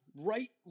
right